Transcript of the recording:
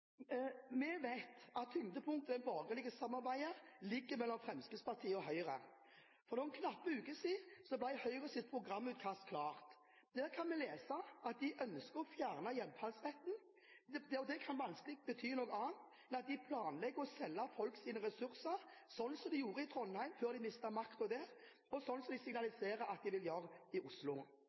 Vi vet at tyngdepunktet i det borgerlige samarbeidet ligger mellom Fremskrittspartiet og Høyre. For noen knappe uker siden ble Høyres programutkast klart. Der kan vi lese at de ønsker å fjerne hjemfallsretten. Det kan vanskelig bety noe annet enn at de planlegger å selge folks ressurser, sånn som de gjorde i Trondheim før de mistet makten der, og sånn som de signaliserer at de vil gjøre i Oslo.